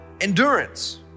endurance